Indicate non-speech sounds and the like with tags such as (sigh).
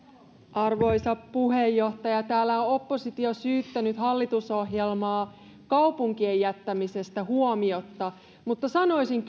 arvoisa puheenjohtaja täällä on oppositio syyttänyt hallitusohjelmaa kaupunkien jättämisestä huomiotta mutta sanoisin (unintelligible)